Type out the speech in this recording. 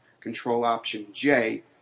Control-Option-J